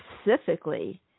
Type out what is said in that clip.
specifically